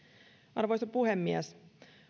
arvoisa puhemies